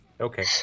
Okay